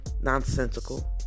Nonsensical